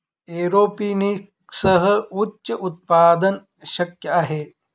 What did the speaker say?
एरोपोनिक्ससह उच्च उत्पादन शक्य आहे